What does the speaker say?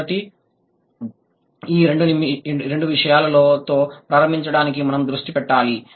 మొదటి ఈ రెండు విషయాలతో ప్రారంభించడానికి మనం దృష్టి పెట్టాలి